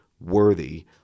worthy